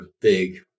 big